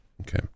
Okay